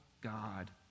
God